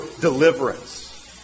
deliverance